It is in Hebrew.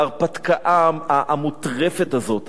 בהרפתקה המוטרפת הזאת,